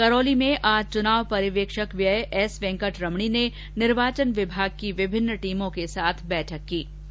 करौली में आज चुनाव पर्यवेक्षक व्यय एस वेंकटरमणी ने निर्वाचन विभाग के विभिन्न टीमों के साथ बैठक ली